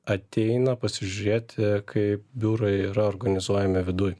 ateina pasižiūrėti kaip biurai yra organizuojami viduj